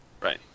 Right